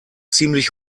ziemlich